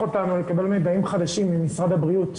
אותנו לקבל מידעים חדשים ממשרד הבריאות,